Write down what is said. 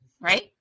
right